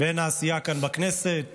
בין העשייה כאן בכנסת